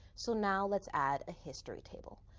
so now let's add a history table.